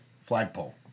flagpole